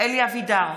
אלי אבידר,